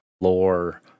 lore